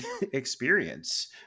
experience